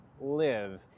live